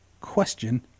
question